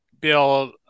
bill